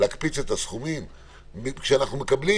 כשאנחנו מקבלים